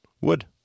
wood